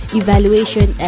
evaluation